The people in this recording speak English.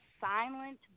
silent